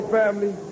family